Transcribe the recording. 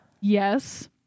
Yes